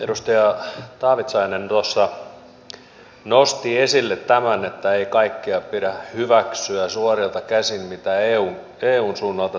edustaja taavitsainen tuossa nosti esille tämän että ei kaikkea pidä hyväksyä suorilta käsin mitä eun suunnalta tulee